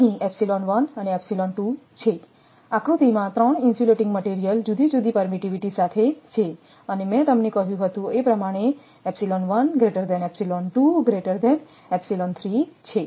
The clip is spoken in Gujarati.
અહીં છે આકૃતિમાં 3 ઇન્સ્યુલેટીંગ મટિરિયલ જુદી જુદી પરમીટીવીટી સાથે છે અને મેં તમને કહ્યું હતું એ પ્રમાણે છે